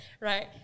right